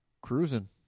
cruising